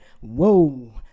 whoa